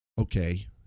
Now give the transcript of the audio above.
okay